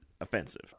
offensive